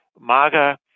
MAGA